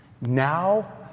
now